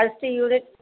first unit